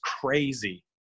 crazy